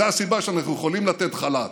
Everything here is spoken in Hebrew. זו הסיבה שאנחנו יכולים לתת חל"ת.